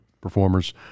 performers